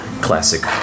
classic